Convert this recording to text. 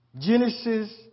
Genesis